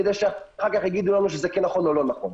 כדי שאחר כך יגידו לנו שזה נכון או לא נכון.